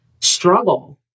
struggle